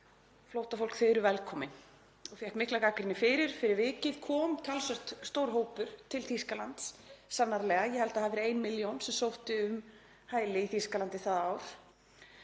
„flóttafólk, þið eruð velkomin“ og fékk mikla gagnrýni fyrir. Fyrir vikið kom talsvert stór hópur til Þýskalands, sannarlega. Ég held að það hafi verið 1 milljón sem sótti um hæli í Þýskalandi það ár.